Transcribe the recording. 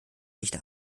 nicht